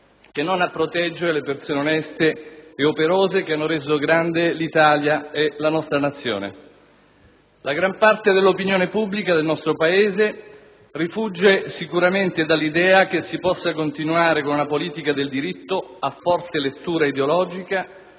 che non a proteggere le persone oneste e operose che hanno reso grande la nostra Nazione. La gran parte dell'opinione pubblica del nostro Paese rifugge sicuramente dall'idea che si possa continuare con un politica del diritto a forte lettura ideologica,